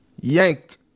Yanked